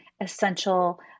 essential